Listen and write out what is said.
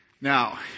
Now